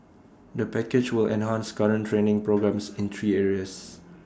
the package will enhance current training programmes in three areas